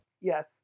Yes